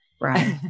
Right